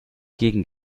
gegen